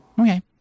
Okay